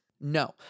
No